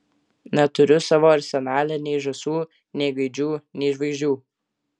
neturiu savo arsenale nei žąsų nei gaidžių nei žvaigždžių